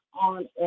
on